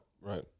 Right